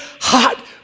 hot